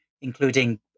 including